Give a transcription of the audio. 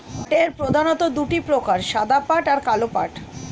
পাটের প্রধানত দুটি প্রকার সাদা পাট আর কালো পাট